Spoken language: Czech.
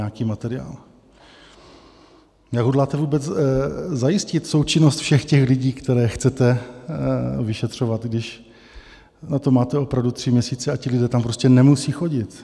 Jak hodláte vůbec zajistit součinnost všech těch lidí, které chcete vyšetřovat, když na to máte opravdu tři měsíce a ti lidé tam prostě nemusí chodit?